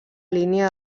línia